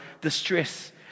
distress